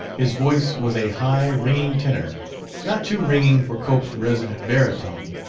his voice was a high, ringing tenor not too ringing for cope's resonant baritone,